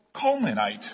culminate